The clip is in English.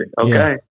Okay